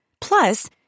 Plus